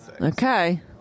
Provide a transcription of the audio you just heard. Okay